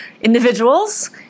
individuals